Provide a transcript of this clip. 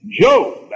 Job